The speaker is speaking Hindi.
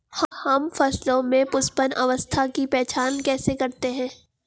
हम फसलों में पुष्पन अवस्था की पहचान कैसे करते हैं?